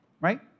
right